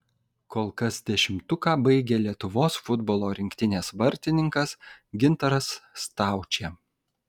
kol kas dešimtuką baigia lietuvos futbolo rinktinės vartininkas gintaras staučė